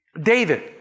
David